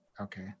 Okay